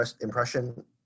impression